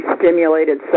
stimulated